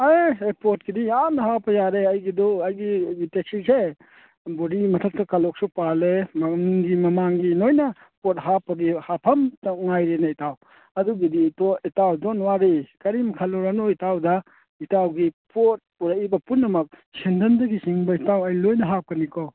ꯑꯦ ꯄꯣꯠꯀꯤꯗꯤ ꯌꯥꯝꯅ ꯍꯥꯞꯄ ꯌꯥꯔꯦ ꯑꯩꯒꯤꯗꯨ ꯑꯩꯒꯤ ꯇꯦꯛꯁꯤꯁꯦ ꯕꯣꯗꯤ ꯃꯊꯛꯇ ꯀꯥꯂꯣꯛꯁꯨ ꯄꯥꯜꯂꯦ ꯃꯅꯤꯡꯒꯤ ꯃꯃꯥꯡꯒꯤ ꯂꯣꯏꯅ ꯄꯣꯠ ꯍꯥꯞꯄꯒꯤ ꯍꯥꯞꯐꯝꯇ ꯉꯥꯏꯔꯦꯅꯦ ꯏꯇꯥꯎ ꯑꯗꯨꯒꯤꯗꯤ ꯏꯇꯥꯎ ꯗꯣꯅ ꯋꯥꯔꯤ ꯀꯔꯤꯝ ꯈꯜꯂꯨꯔꯅꯨ ꯏꯇꯥꯎꯗ ꯏꯇꯥꯎꯒꯤ ꯄꯣꯠ ꯄꯨꯔꯛꯏꯕ ꯄꯨꯝꯅꯃꯛ ꯁꯦꯟꯗꯟꯗꯒꯤ ꯆꯤꯡꯕ ꯏꯇꯥꯎ ꯑꯩ ꯂꯣꯏꯅ ꯍꯥꯞꯀꯅꯤꯀꯣ